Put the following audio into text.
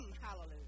Hallelujah